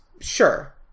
Sure